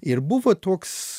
ir buvo toks